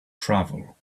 travel